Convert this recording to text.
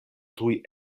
tuj